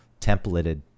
templated